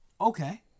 okay